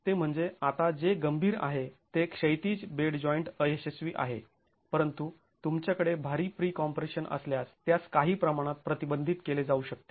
ते म्हणजे आता जे गंभीर आहे ते क्षैतिज बेड जॉईंट अयशस्वी आहे परंतु तुमच्याकडे भारी प्रीकॉम्प्रेशन असल्यास त्यास काही प्रमाणात प्रतिबंधित केले जाऊ शकते